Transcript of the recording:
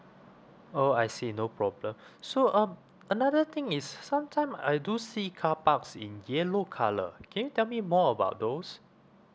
oh I see no problem so um another thing is sometime I do see car parks in yellow colour can you tell me more about those